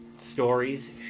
stories